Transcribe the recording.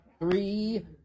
Three